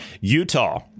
Utah